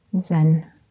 Zen